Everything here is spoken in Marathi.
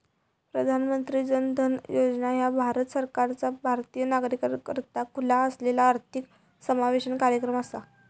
प्रधानमंत्री जन धन योजना ह्या भारत सरकारचा भारतीय नागरिकाकरता खुला असलेला आर्थिक समावेशन कार्यक्रम असा